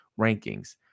rankings